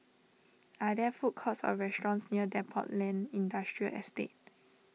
are there food courts or restaurants near Depot Lane Industrial Estate